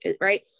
right